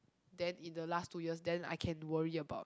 then in the last two years then I can worry about